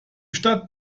stadt